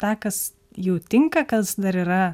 tą kas jų tinka kas dar yra